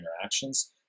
interactions